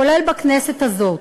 כולל בכנסת הזאת,